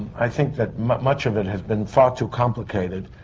i think that much. much of it has been far too complicated,